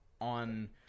on